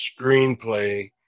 screenplay